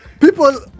People